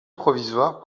provisoire